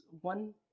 one